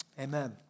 Amen